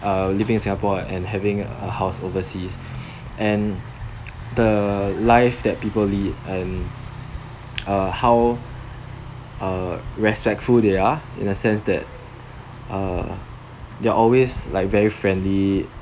err living in singapore and having a house overseas and the life that people lead and uh how uh respectful they are in the sense that uh they are always like very friendly